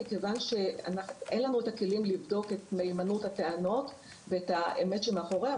מכיוון שאין לנו את הכלים לבדוק את מהימנות הטענות ואת האמת שמאחוריה.